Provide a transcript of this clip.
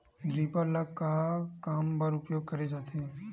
Reaper ल का काम बर उपयोग करे जाथे?